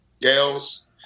gals